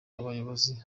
abayobozi